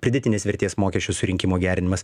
pridėtinės vertės mokesčio surinkimo gerinimas